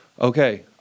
okay